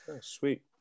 Sweet